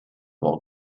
bowl